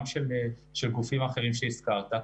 גם של גופים אחרים שהזכרת,